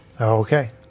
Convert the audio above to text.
Okay